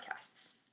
podcasts